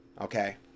okay